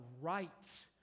right